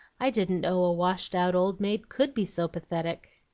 i didn't know a washed-out old maid could be so pathetic.